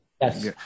Yes